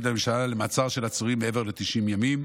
לממשלה למעצר של העצורים מעבר ל-90 ימים,